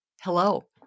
Hello